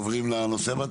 עוברים לנושא הבא,